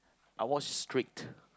I watch straight